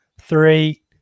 Three